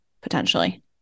potentially